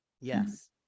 yes